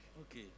Okay